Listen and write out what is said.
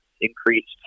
increased